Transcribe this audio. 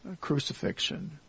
crucifixion